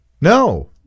no